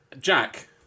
Jack